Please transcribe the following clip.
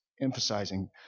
emphasizing